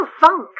funk